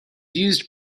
used